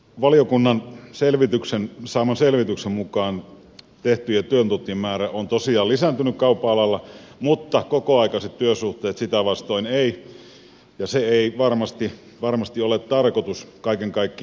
valiokunnan saaman selvityksen mukaan tehtyjen työtuntien määrä on tosiaan lisääntynyt kaupan alalla mutta kokoaikaiset työsuhteet sitä vastoin eivät ja se ei varmasti ole tarkoitus kaiken kaikkiaan ollut